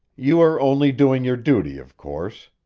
you are only doing your duty, of course.